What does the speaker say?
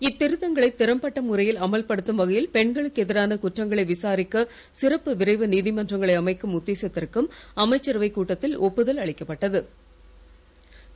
இத்திருத்தங்களை திறம்பட்ட முறையில் அமல்படுத்தும் வகையில் பெண்களுக்கு எதிரான குற்றங்களை விசாரரிக்க சிறப்பு விரைவு நீதிமன்றங்களை அமைக்கும் உத்தேசத்திற்கும் அமைச்சரவைக் கூட்டத்தில் ஒப்புதல் அளிக்கப்பட்டுள்ள து